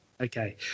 Okay